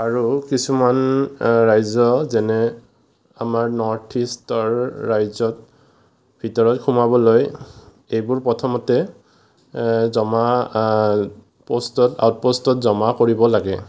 আৰু কিছুমান ৰাজ্য যেনে আমাৰ নৰ্থ ইষ্টৰ ৰাজ্যত ভিতৰত সোমাবলৈ এইবোৰ প্ৰথমতে জমা পষ্টত আউট পষ্টত জমা কৰিব লাগে